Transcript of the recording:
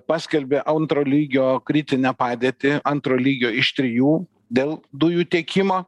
paskelbė auntro lygio kritinę padėtį antro lygio iš trijų dėl dujų tiekimo